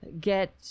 get